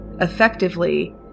effectively